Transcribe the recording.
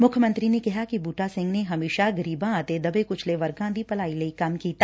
ਮੁੱਖ ਮੰਤਰੀ ਨੇ ਕਿਹਾ ਕਿ ੂਬਟਾ ਸਿੰਘ ਨੇ ਹਮੇਸ਼ਾ ਗਰੀਬਾਂ ਅਤੇ ੱਦਬੈ ਕੁੱਚਲੇ ਵਰਗਾਂ ਦੀ ਭਲਾਈ ਲਈ ਕੰਮ ਕੀਤਾ